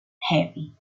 heavy